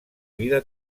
vida